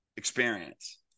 experience